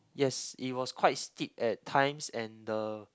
yes it was quite steep at times and the